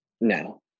No